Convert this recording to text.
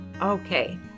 Okay